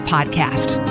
Podcast